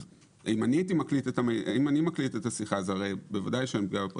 אם אני מקליט את השיחה אז הרי בוודאי שאין פגיעה בפרטיות.